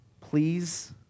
Please